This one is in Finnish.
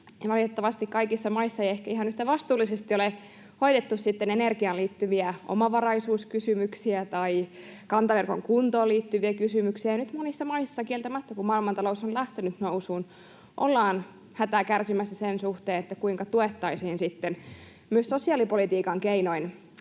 Valitettavasti kaikissa maissa ei ehkä ihan yhtä vastuullisesti ole hoidettu energiaan liittyviä omavaraisuuskysymyksiä tai kantaverkon kuntoon liittyviä kysymyksiä, ja nyt monissa maissa kieltämättä, kun maailmantalous on lähtenyt nousuun, ollaan hätää kärsimässä sen suhteen, kuinka tuettaisiin sitten myös sosiaalipolitiikan keinoin